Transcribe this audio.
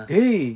Hey